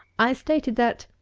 i stated that,